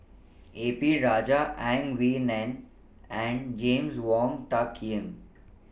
A P Rajah Ang Wei Neng and James Wong Tuck Yim